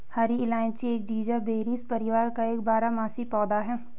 हरी इलायची एक जिंजीबेरेसी परिवार का एक बारहमासी पौधा है